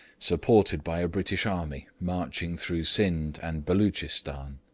supported by a british army marching through scinde and beloochistan.